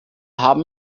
haben